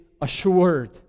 assured